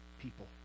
people